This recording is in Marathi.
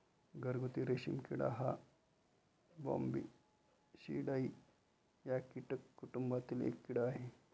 घरगुती रेशीम किडा हा बॉम्बीसिडाई या कीटक कुटुंबातील एक कीड़ा आहे